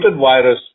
virus